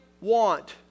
want